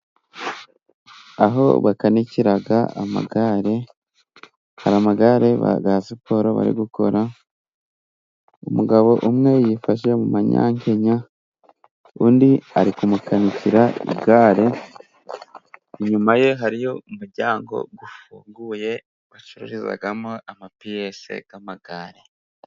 Aho bakanikira amagare. Hari amagare ya siporo bari gukora. Umugabo umwe yifashe mu manyankenya undi ari kumukanikira igare. Inyuma ye hariyo umuryango ufunguye bacururizamo amapiyesi y'amagare.